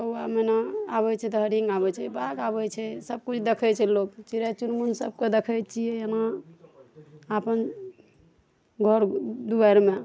कौआ मेना आबै छै तऽ हरिण आबै छै बाघ आबै छै सबकिछु देखै छै लोक की चिड़ै चुड़मुन सबकोइ देखै छियै एना अपन घर दुआरिमे